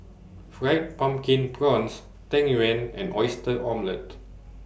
Fried Pumpkin Prawns Tang Yuen and Oyster Omelette